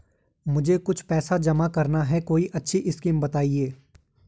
मुझे कुछ पैसा जमा करना है कोई अच्छी स्कीम बताइये?